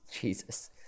Jesus